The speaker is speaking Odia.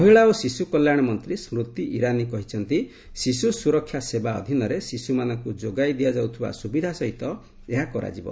ମହିଳା ଓ ଶିଶୁ କଲ୍ୟାଣ ମନ୍ତ୍ରୀ ସ୍କୁତି ଇରାନୀ କହିଛନ୍ତି ଶିଶୁ ସୁରକ୍ଷା ସେବା ଅଧୀନରେ ଶିଶୁମାନଙ୍କୁ ଯୋଗାଇ ଦିଆଯାଉଥିବା ସୁବିଧା ସହିତ ଏହା କରାଯିବ